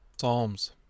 Psalms